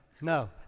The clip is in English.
No